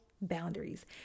boundaries